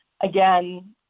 again